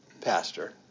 pastor